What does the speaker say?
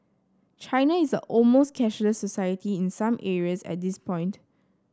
China is almost cashless society in some areas at this point